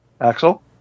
Axel